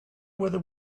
whether